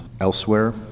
elsewhere